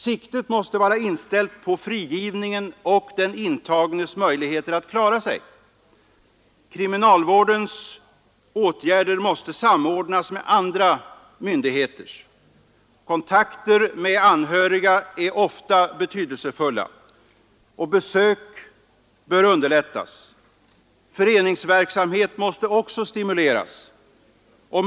Siktet måste vara inställt på frigivningen och den intagnes möjligheter att klara sig. Kriminalvårdens åtgärder måste samordnas med andra myndigheters. Kontakter med anhöriga är ofta betydelsefulla. Besök bör underlättas. Föreningsverksamhet måste också stimuleras.